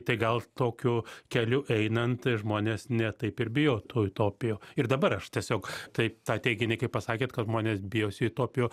tai gal tokiu keliu einant žmonės ne taip ir bijo tų utopijų ir dabar aš tiesiog taip tą teiginį kai pasakėt kad žmonės bijosi utopijų